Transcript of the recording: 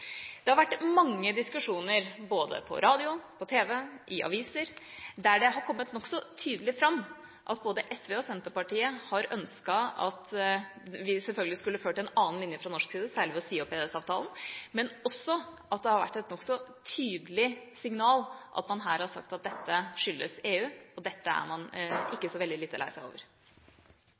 Det har vært mange diskusjoner, både på radio, på tv og i aviser, der det har kommet nokså tydelig fram at både SV og Senterpartiet har ønsket at vi, selvfølgelig, skulle ført en annen linje fra norsk side, særlig ved å si opp EØS-avtalen, men hvor det også har vært et nokså tydelig signal, at man her har sagt at dette skyldes EU. Og dette er man ikke så veldig lite lei seg over.